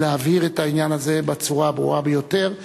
להבהיר את העניין הזה בצורה הברורה ביותר,